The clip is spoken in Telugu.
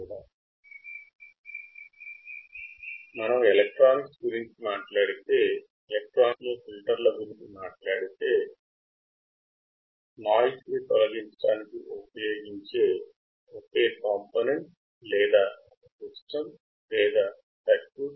కానీ మీరు ఎలక్ట్రానిక్స్ గురించి మాట్లాడేటప్పుడు ఒక ఫిల్టర్ అవాంఛిత సిగ్నల్ తొలగించడానికి రుపొందించబడిన లేదా ఉపయోగించే ఒక సర్క్యూట్